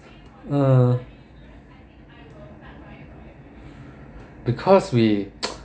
um because we